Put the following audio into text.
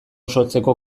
sortzeko